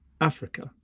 Africa